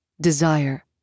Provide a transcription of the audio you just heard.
desire